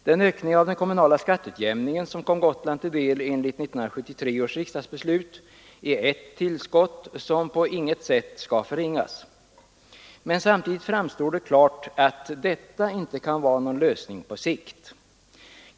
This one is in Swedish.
Den ökning av den kommunala skatteutjämningen som kom Gotland till del enligt 1973 års riksdagsbeslut är ett tillskott som på intet sätt skall förringas. Men samtidigt framstår det klart att detta inte kan vara någon lösning på sikt.